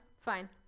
fine